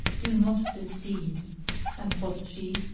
do not this deed and quoth she,